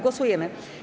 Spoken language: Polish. Głosujemy.